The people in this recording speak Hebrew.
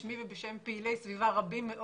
בשמי ובשם פעילי סביבה רבים,